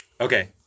Okay